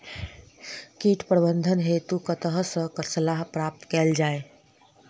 कीट प्रबंधन हेतु कतह सऽ सलाह प्राप्त कैल जाय?